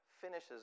finishes